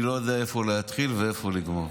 אני לא יודע איפה להתחיל ואיפה לגמור.